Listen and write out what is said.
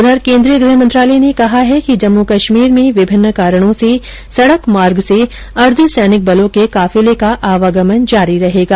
उधर केंद्रीय गृह मंत्रालय ने कहा है कि जम्मू कश्मीर में विभिन्न कारणों से सड़क मार्ग से अर्धसैनिक बलों के काफिले का आवागमन जारी रहेगा